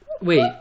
Wait